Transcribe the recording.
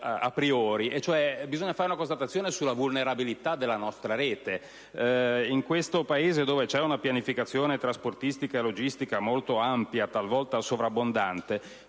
bisogna fare una constatazione sulla vulnerabilità della nostra rete. In un Paese come il nostro, dove esiste una pianificazione trasportistica e logistica molto ampia, talvolta sovrabbondante,